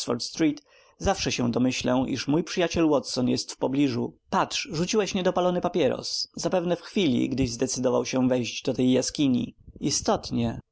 zawsze się domyślę iż mój przyjaciel watson jest w pobliżu patrz rzuciłeś niedopalony papieros zapewne w chwili gdyś zdecydował się wejść do tej jaskini istotnie